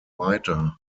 weiter